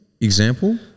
example